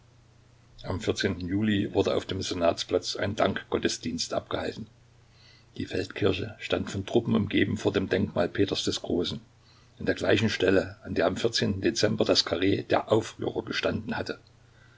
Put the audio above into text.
am juli wurde auf dem senatsplatz ein dankgottesdienst abgehalten die feldkirche stand von truppen umgeben vor dem denkmal peters des großen an der gleichen stelle an der am dezember das karree der aufrührer gestanden hatte